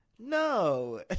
no